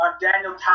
Daniel